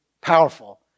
powerful